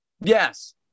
Yes